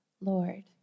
Lord